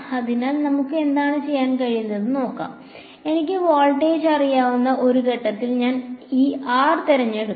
അതിനാൽ നമുക്ക് എന്തുചെയ്യാൻ കഴിയുമെന്ന് നോക്കാം എനിക്ക് വോൾട്ടേജ് അറിയാവുന്ന ഒരു ഘട്ടത്തിൽ ഈ r തിരഞ്ഞെടുക്കാം